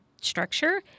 structure